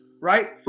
Right